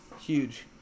Huge